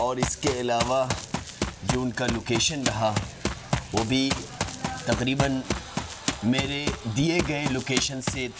اور اس کے علاوہ جو ان كا لوكيشن رہا وہ بھى تقريباً ميرے ديے گيے لوكيشن سے